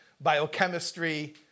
biochemistry